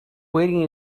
waiting